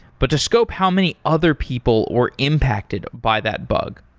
but to scope how many other people were impacted by that bug.